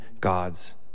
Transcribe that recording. God's